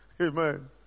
Amen